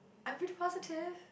I'm pretty positive